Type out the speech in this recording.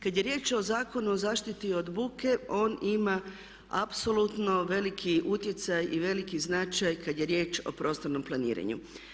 Kad je riječ o Zakonu o zaštiti od buke on ima apsolutno veliki utjecaj i veliki značaj kad je riječ o prostornom planiranju.